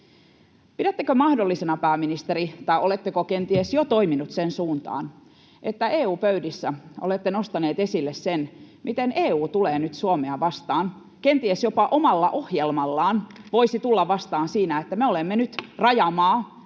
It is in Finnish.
Pidättekö mahdollisena, pääministeri, tai oletteko kenties jo toiminut sen suuntaan, että EU-pöydissä olisitte nostanut esille sen, miten EU tulee nyt Suomea vastaan, kenties jopa omalla ohjelmallaan voisi tulla vastaan siinä, että me olemme nyt rajamaa,